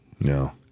No